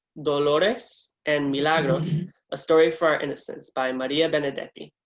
dolores and milagros a story for our innocence by maria benedetti.